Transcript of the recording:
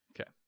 okay